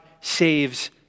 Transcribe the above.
saves